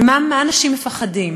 ממה אנשים מפחדים?